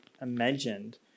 imagined